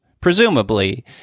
presumably